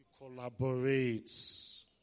collaborates